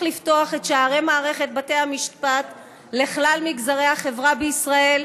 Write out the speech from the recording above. לפתוח את שערי מערכת בתי המשפט לכלל מגזרי החברה בישראל,